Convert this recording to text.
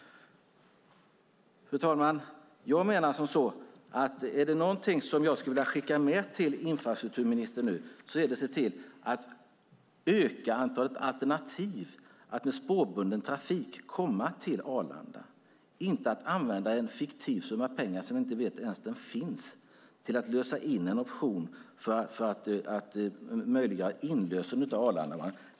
Fru talman! Jag skulle vilja skicka med infrastrukturministern att se till att öka antalet alternativ för att med spårbunden trafik komma till Arlanda, inte att använda en fiktiv summa pengar till att lösa in en option för att möjliggöra inlösen av Arlandabanan.